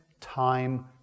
time